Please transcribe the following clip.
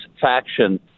faction